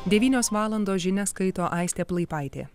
devynios valandos žinias skaito aistė plaipaitė